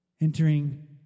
entering